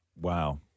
wow